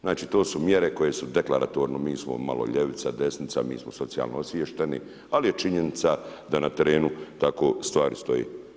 Znači to su mjere koje su deklatorno, mi smo malo ljevica, desnica, mi smo socijalno osviješteni, ali je činjenica da na terenu tako stvari stoje.